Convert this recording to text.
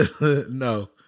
No